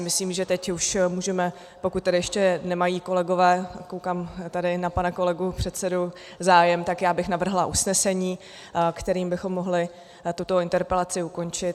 Myslím si, že teď už můžeme, pokud ještě nemají kolegové, koukám tady na pana kolegu předsedu , zájem, tak bych navrhla usnesení, kterým bychom mohli tuto interpelaci ukončit.